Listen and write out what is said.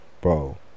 Bro